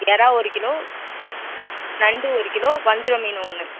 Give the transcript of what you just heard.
எறால் ஒரு கிலோ நண்டு ஒரு கிலோ வஞ்சிரம் மீன் ஒன்று